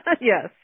Yes